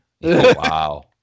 wow